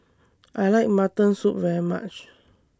I like Mutton Soup very much